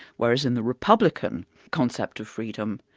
whereas in the republican concept of freedom,